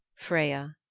freya,